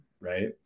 right